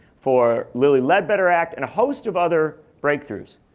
for lilly ledbetter act, and a host of other breakthroughs.